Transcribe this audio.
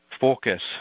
focus